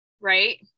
right